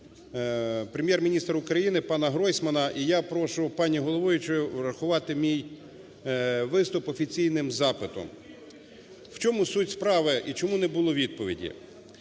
Прем'єр-міністра України пана Гройсмана, і я прошу пані головуючу рахувати мій виступ офіційним запитом. В чому суть справи і чому не було відповіді?